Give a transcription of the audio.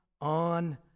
on